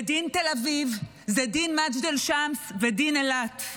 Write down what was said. ודין תל אביב זה דין מג'דל שמס ודין אילת.